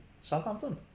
Southampton